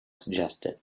suggested